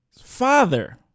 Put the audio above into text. father